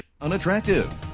Unattractive